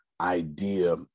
idea